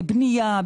בבנייה,